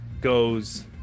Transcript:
goes